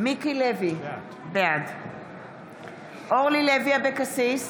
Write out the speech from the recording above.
מיקי לוי, בעד אורלי לוי אבקסיס,